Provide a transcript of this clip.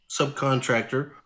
subcontractor